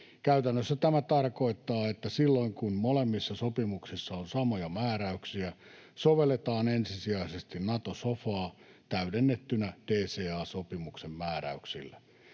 Käytännössä tämä tarkoittaa sitä, että silloin, kun molemmissa sopimuksissa on samoja määräyksiä, sovelletaan ensisijaisesti Nato-sofaa täydennettynä DCA-sopimuksen määräyksillä.